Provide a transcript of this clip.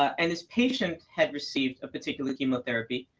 and this patient had received a particular chemotherapy.